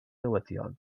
newyddion